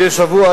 מדי שבוע,